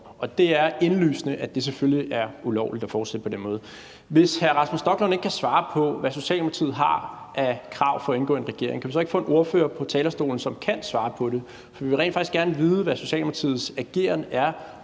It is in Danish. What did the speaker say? om. Det er indlysende, at det selvfølgelig er ulovligt at fortsætte på den måde. Hvis hr. Rasmus Stoklund ikke kan svare på, hvad Socialdemokratiet har af krav for at indgå i en regering, kan vi så ikke få en ordfører på talerstolen, som kan svare på det? For vi vil rent faktisk gerne vide, hvad Socialdemokratiets ageren er,